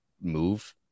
move